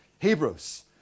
Hebrews